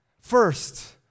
First